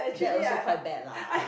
that also quite bad lah